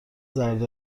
زرد